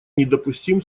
недопустим